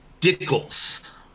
Dickles